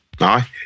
Aye